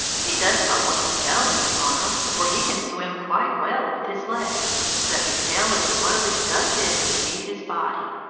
he does not want his tail any longer, for he can swim quite well with his legs. so his tail is slowly sucked in to feed his body.